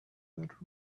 that